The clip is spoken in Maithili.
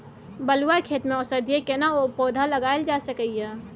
बलुआ खेत में औषधीय केना पौधा लगायल जा सकै ये?